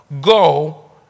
Go